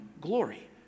glory